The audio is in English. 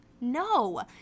no